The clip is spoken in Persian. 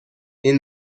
این